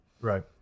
Right